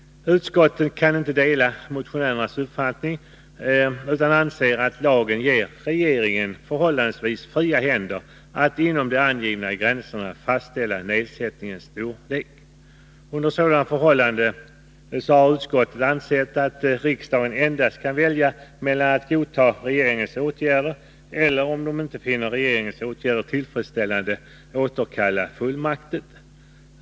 Utskottet delar inte motionärernas uppfattning utan anser att lagen ger regeringen förhållandevis fria händer att inom de angivna gränserna fastställa nedsättningens storlek. Under sådana förhållanden anser utskottet att riksdagen endast kan välja mellan att godta regeringens åtgärder eller, om den inte finner regeringens åtgärder tillfredsställande, återkalla fullmakten.